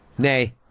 Nay